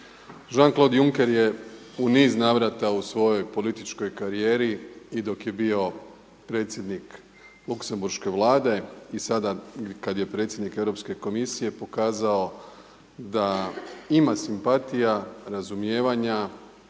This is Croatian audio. Jan Cloud Juncker je u niz navrata u svojoj političkoj karijeri i dok je bio predsjednik Luksemburške vlade i sada kada je predsjednik Europske komisije pokazao da ima simpatija, razumijevanja